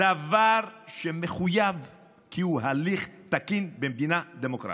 דבר שמחויב כי הוא הליך תקין במדינה דמוקרטית.